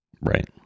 Right